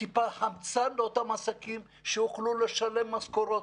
טיפה חמצן לאותם עסקים, שיוכלו לשלם משכורות.